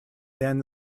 then